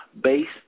based